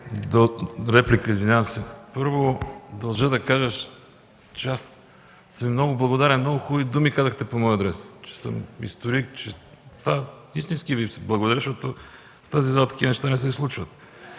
реплики. Първо, държа да кажа, че аз съм много благодарен – много хубави думи казахте по мой адрес, че съм историк, че – друго… Истински Ви благодаря, защото в тази зала такива неща не се случват!